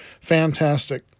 fantastic